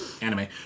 anime